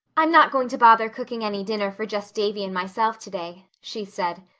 i'm not going to bother cooking any dinner for just davy and myself today, she said.